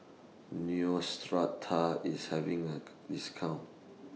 Neostrata IS having A discount